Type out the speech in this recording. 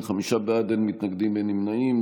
אם כן, חמישה בעד, אין מתנגדים, אין נמנעים.